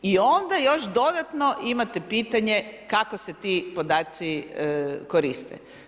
I onda još dodatno imate pitanje kako se ti podaci koriste.